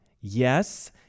Yes